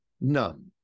None